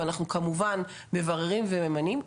ואנחנו מבררים וממנים.